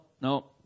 no